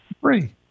Free